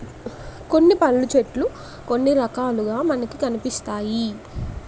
కొన్ని పళ్ళు చెట్లు కొన్ని రకాలుగా మనకి కనిపిస్తాయి